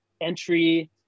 entry